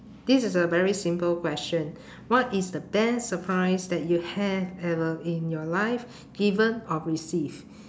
this is a very simple question what is the best surprise that you have ever in your life given or received